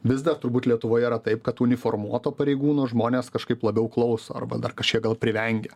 vis dar turbūt lietuvoje yra taip kad uniformuoto pareigūno žmonės kažkaip labiau klauso arba dar kažkiek gal privengia